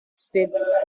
states